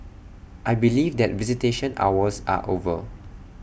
I believe that visitation hours are over